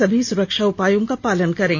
सभी सुरक्षा उपायों का पालन करें